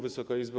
Wysoka Izbo!